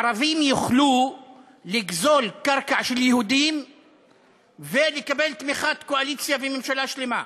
ערבים יוכלו לגזול קרקע של יהודים ולקבל תמיכת קואליציה וממשלה שלמה.